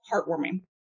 heartwarming